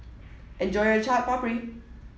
enjoy your Chaat Papri